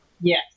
yes